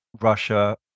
Russia